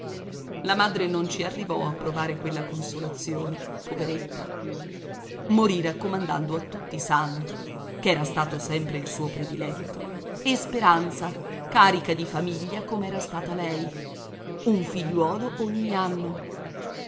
la madre non ci arrivò a provare quella consolazione poveretta morì raccomandando a tutti santo che era stato sempre il suo prediletto e speranza carica di famiglia com'era stata lei un figliuolo ogni anno